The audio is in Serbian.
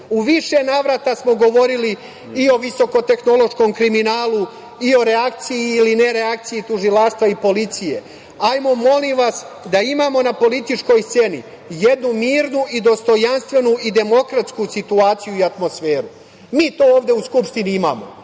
U više navrata smo govorili i o visokotehnološkom kriminalu i o reakciji ili nereakciji tužilaštva i policije. Ajmo molim vas da imamo na političkoj sceni jednu mirnu i dostojanstvenu i demokratsku situaciju i atmosferu. Mi to ovde u Skupštini imamo